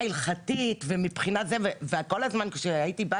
כשאני וניצה,